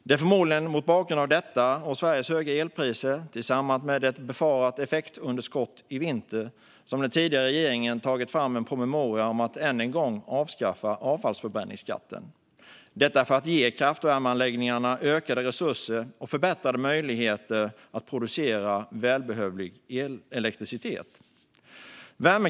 Det är förmodligen mot bakgrund av detta och Sveriges höga elpriser, och ett befarat effektunderskott i vinter, som den tidigare regeringen har tagit fram en promemoria om att än en gång avskaffa avfallsförbränningsskatten för att ge kraftvärmeanläggningarna ökade resurser och förbättrade möjligheter att producera välbehövlig elektricitet.